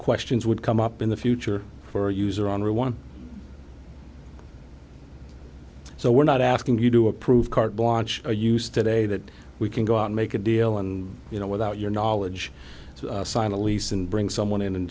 questions would come up in the future for a user on one so we're not asking you to approve carte blanche or use today that we can go out make a deal and you know without your knowledge to sign a lease and bring someone in and